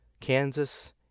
Kansas